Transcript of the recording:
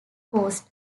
cost